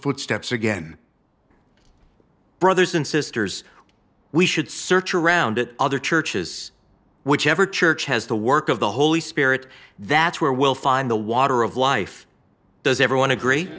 footsteps again brothers and sisters we should search around other churches whichever church has the work of the holy spirit that's where we'll find the water of life does everyone agree